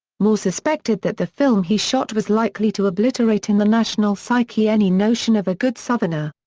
moore suspected that the film he shot was likely to obliterate in the national psyche any notion of a good southerner.